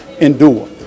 endure